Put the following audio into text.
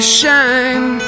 shine